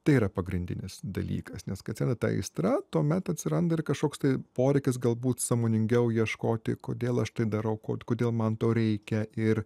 tai yra pagrindinis dalykas nes kai atsiran ta aistra tuomet atsiranda ir kažkoks tai poreikis galbūt sąmoningiau ieškoti kodėl aš tai darau kodėl man to reikia ir